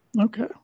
Okay